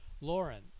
Lauren